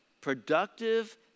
Productive